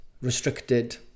restricted